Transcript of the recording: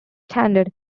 standard